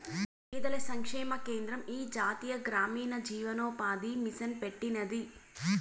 పేదల సంక్షేమ కేంద్రం ఈ జాతీయ గ్రామీణ జీవనోపాది మిసన్ పెట్టినాది